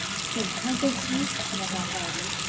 see, aren't they sweet? she went on hurriedly.